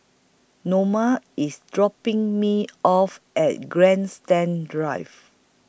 Norma IS dropping Me off At Grandstand Drive